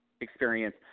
Experience